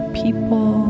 people